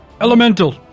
Elemental